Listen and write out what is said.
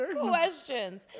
questions